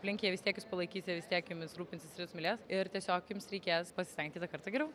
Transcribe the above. aplink jie vis tiek jus palaikys jie vis tiek jumis rūpinsis ir jus mylės ir tiesiog jums reikės pasistengt kitą kartą geriau